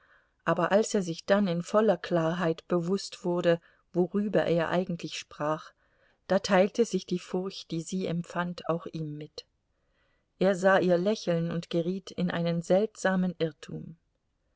aber als er sich dann in voller klarheit bewußt wurde worüber er eigentlich sprach da teilte sich die furcht die sie empfand auch ihm mit er sah ihr lächeln und geriet in einen seltsamen irrtum